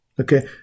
Okay